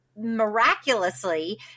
miraculously